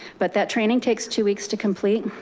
but that training takes two weeks to complete.